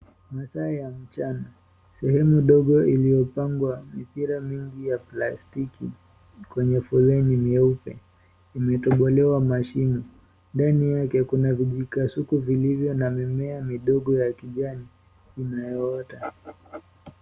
Masaa ya mchana, sehemu ndogo iliyopangwa mipira mingi ya plastiki kwenye foleni mieupe imetobolewa mashimo, ndani yake kuna vijikasuku vilio na mimea midogo ya kijani inayoota.